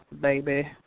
Baby